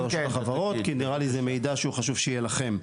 רשות החברות כי זה נראה לי מידע שחשוב שהוא יהיה לכם.